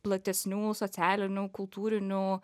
platesnių socialinių kultūrinių